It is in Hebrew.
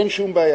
אין שום בעיה.